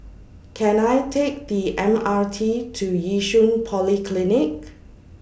Can I Take The M R T to Yishun Polyclinic